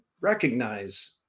recognize